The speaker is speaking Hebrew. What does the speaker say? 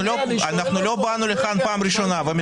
לא באנו לכאן פעם ראשונה.